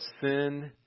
sin